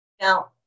now